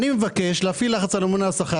אני מבקש להפעיל לחץ על הממונה על השכר